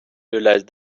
realized